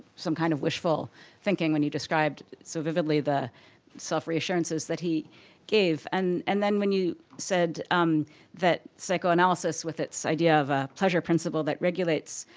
some kind of wishful thinking, when you described so vividly the self-reassurances that he gave. and and then when you said um that psychoanalysis with its idea of a pleasure principle that regulates